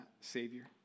Savior